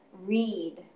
read